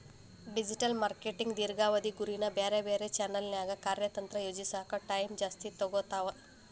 digital marketing ದೇರ್ಘಾವಧಿ ಗುರಿನ ಬ್ಯಾರೆ ಬ್ಯಾರೆ ಚಾನೆಲ್ನ್ಯಾಗ ಕಾರ್ಯತಂತ್ರ ಯೋಜಿಸೋಕ ಟೈಮ್ ಜಾಸ್ತಿ ತೊಗೊತಾವ